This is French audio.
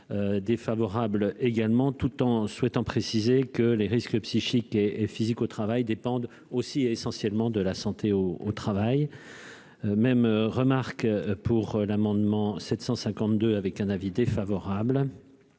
défavorable également, tout en souhaitant préciser que les risques psychiques et physiques au travail dépendent aussi et essentiellement de la santé au au travail même remarque pour l'amendement 752 avec un avis défavorable.